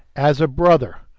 as a brother!